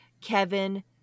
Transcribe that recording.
Kevin